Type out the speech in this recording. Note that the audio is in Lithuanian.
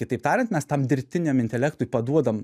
kitaip tariant mes tam dirbtiniam intelektui paduodam